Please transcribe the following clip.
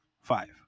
five